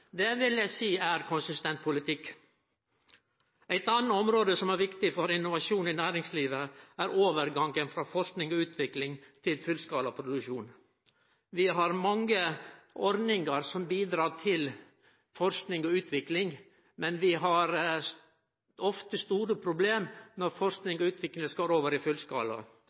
Det vil eg seie er konsistent politikk. Eit anna område som er viktig for innovasjonen i næringslivet, er overgangen frå forsking og utvikling til fullskalaproduksjon. Vi har mange ordningar som bidreg til forsking og utvikling, men vi har ofte store problem når forsking og utvikling skal over i